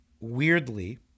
weirdly